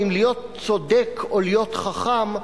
אם להיות צודק או להיות חכם,